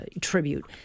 tribute